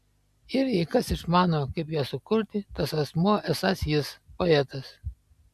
ir jei kas išmano kaip ją sukurti tas asmuo esąs jis poetas